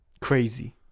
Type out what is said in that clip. Crazy